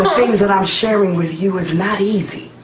things that i'm sharing with you is not easy